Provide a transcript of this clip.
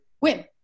win